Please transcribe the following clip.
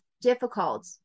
difficult